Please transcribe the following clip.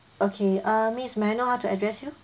okay uh miss may I know how to address you